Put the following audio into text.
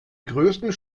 größten